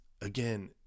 again